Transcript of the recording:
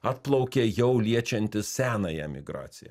atplaukė jau liečiantis senąją migraciją